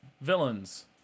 Villains